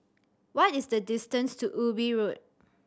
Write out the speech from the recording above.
what is the distance to Ubi Road